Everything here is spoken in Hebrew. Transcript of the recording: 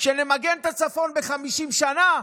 שנמגן את הצפון ב-50 שנה?